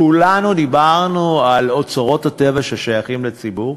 כולנו דיברנו על כך שאוצרות הטבע שייכים לציבור,